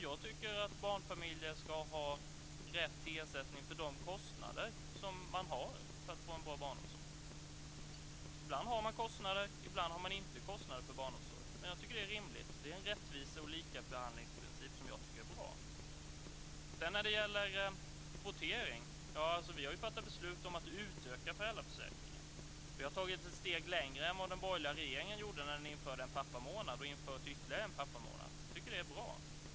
Jag tycker att barnfamiljer ska ha rätt till ersättning för de kostnader som man har för barnomsorg. Ibland har man kostnader, ibland har man inte kostnader för barnomsorg. Det är rimligt. Det är en rättvise och likabehandlingsprincip som jag tycker är bra. Sedan var det frågan om kvotering. Ja, vi har fattat beslut om att utöka föräldraförsäkringen. Vi har tagit ett steg längre än vad den borgerliga regeringen gjorde när den införde en pappamånad och har infört ytterligare en pappamånad. Det är bra.